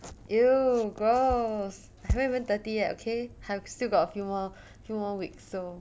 !eww! gross I haven't even thirty yet okay I still got a few more few more weeks so